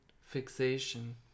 fixation